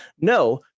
no